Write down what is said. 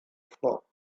flock